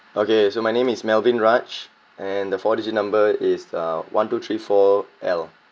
okay so my name is melvin raj and the four digit number is uh one two three four L